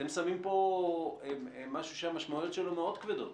אתם שמים פה משהו שהמשמעויות שלו מאוד כבדות.